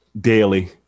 daily